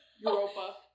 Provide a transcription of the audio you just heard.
Europa